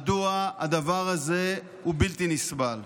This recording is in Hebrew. מדוע הדבר הזה הוא בלתי נסבל.